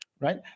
right